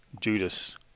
Judas